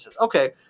okay